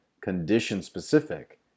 condition-specific